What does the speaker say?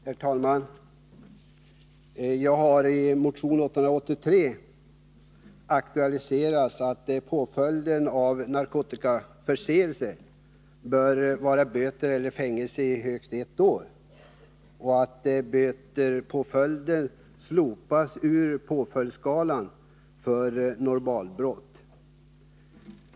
Herr talman! Jag har i motion 883 aktualiserat att påföljden av narkotikaförseelser bör vara böter eller fängelse i högst ett år och att påföljden böter bör slopas ur påföljdsskalan för normalbrott.